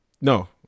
no